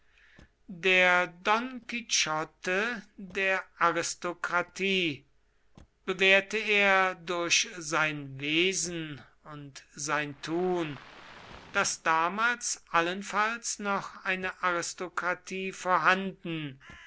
der don quichotte der aristokratie bewährte er durch sein wesen und sein tun daß damals allenfalls noch eine aristokratie vorhanden